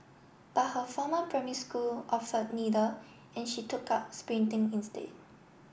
but her former primary school offered neither and she took up sprinting instead